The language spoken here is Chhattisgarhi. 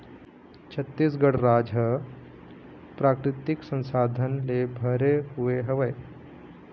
छत्तीसगढ़ राज ह प्राकृतिक संसाधन ले भरे हुए हवय